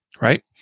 right